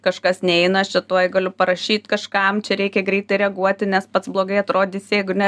kažkas neina aš čia tuoj galiu parašyt kažkam čia reikia greitai reaguoti nes pats blogai atrodysi jeigu ne